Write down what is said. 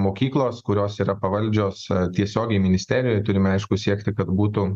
mokyklos kurios yra pavaldžios tiesiogiai ministerijai turime aiškų siekti kad būtų